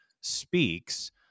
speaks